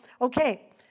Okay